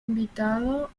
invitado